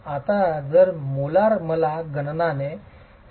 आता जर मोलार मला गणनाने 7